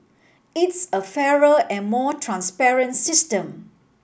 it's a fairer and more transparent system